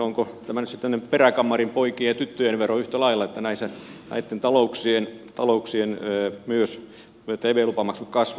onko tämä nyt sitten tämmöinen peräkammarin poikien ja tyttöjen vero yhtä lailla kun myös näitten talouksien tv lupamaksut kasvavat